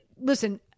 Listen